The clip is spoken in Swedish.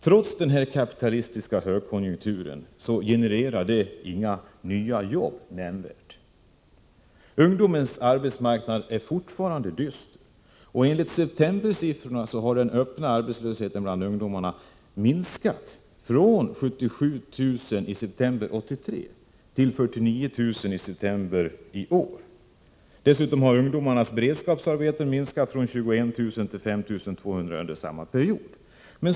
Trots den kapitalistiska högkonjunkturen genereras inte något nämnvärt antal nya jobb. Ungdomens arbetsmarknad är fortfarande dyster. Enligt septembersiffrorna har den öppna arbetslösheten bland ungdomar minskat från 77 000 i september 1983 till 49 000 iseptember i år. Dessutom har antalet beredskapsarbeten för ungdomar minskat från 21 000 till 5 200 under samma period.